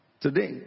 Today